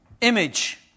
image